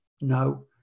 no